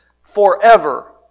forever